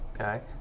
Okay